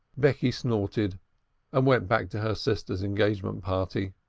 becky snorted and went back to her sister's engagement-party.